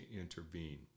intervene